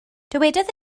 dywedodd